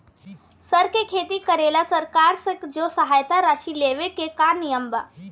सर के खेती करेला सरकार से जो सहायता राशि लेवे के का नियम बा?